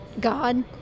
God